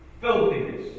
filthiness